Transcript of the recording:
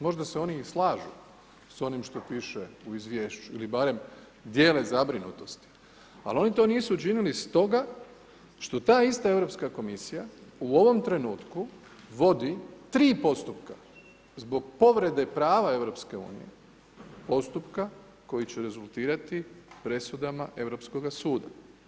Možda se oni i slažu s onim što piše u izvješću ili barem dijele zabrinutost, ali oni to nosu učinili stoga što ta ista Europska komisija u ovom trenutku vodi 3 postupka zbog povrede prava EU-a, postupka koji će rezultirati presudama Europskoga suda.